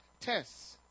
Tests